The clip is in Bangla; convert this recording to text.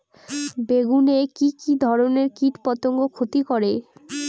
বেগুনে কি কী ধরনের কীটপতঙ্গ ক্ষতি করে?